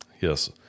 Yes